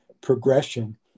progression